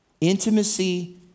Intimacy